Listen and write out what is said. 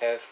have